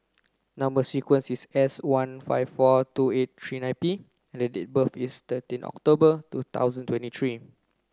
number sequence is S one five four two eight three nine P and date of birth is thirteen October two thousand twenty three